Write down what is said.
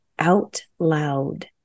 OUTLOUD